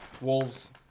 Wolves